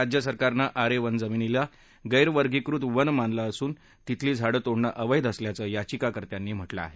राज्य सरकारनं आरे वनजमिनीला गैरवर्गीकृत वन मानलं असून तिथली झाडं तोडणं अवैध असल्याचं याचिकाकर्त्यांनी म्हटलं आहे